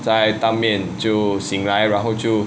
在当面就醒来然后就